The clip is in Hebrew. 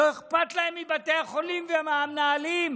לא אכפת להם מבתי החולים ומהמנהלים,